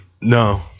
No